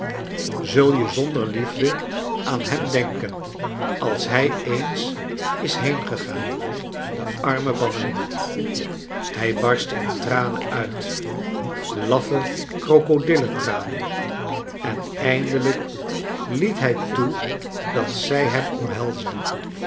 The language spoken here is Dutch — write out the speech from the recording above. zul je zonder liefde aan hem denken als hij eens is heengegaan de arme bannering hij barstte in tranen uit laffe krokodillentranen en eindelijk liet hij toe dat zij hem omhelsde